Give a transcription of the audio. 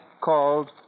called